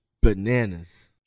bananas